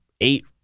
eight